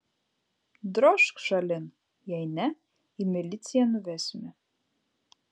drožk šalin jei ne į miliciją nuvesime